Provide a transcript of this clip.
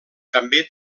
també